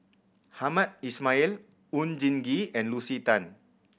Hamed Ismail Oon Jin Gee and Lucy Tan